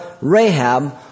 Rahab